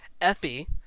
Effie